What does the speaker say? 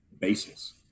basis